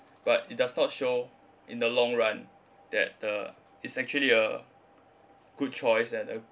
but it does not show in the long run that the is actually a good choice and uh